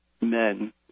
men